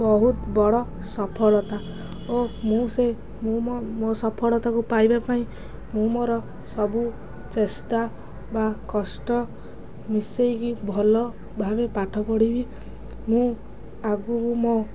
ବହୁତ ବଡ଼ ସଫଳତା ଓ ମୁଁ ସେ ମୁଁ ମୋ ମୋ ସଫଳତାକୁ ପାଇବା ପାଇଁ ମୁଁ ମୋର ସବୁ ଚେଷ୍ଟା ବା କଷ୍ଟ ମିଶେଇକି ଭଲ ଭାବେ ପାଠ ପଢ଼ିବି ମୁଁ ଆଗକୁ ମୋ